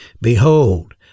Behold